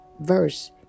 verse